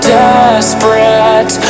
desperate